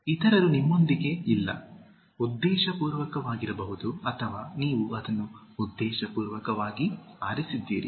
ಇತರರು ನಿಮ್ಮೊಂದಿಗೆ ಇಲ್ಲ ಉದ್ದೇಶಪೂರ್ವಕವಾಗಿರಬಹುದು ಅಥವಾ ನೀವು ಅದನ್ನು ಉದ್ದೇಶಪೂರ್ವಕವಾಗಿ ಆರಿಸಿದ್ದೀರಿ